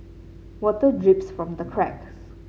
water drips from the cracks